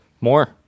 more